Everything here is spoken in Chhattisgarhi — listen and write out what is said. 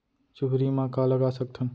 चुहरी म का लगा सकथन?